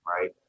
right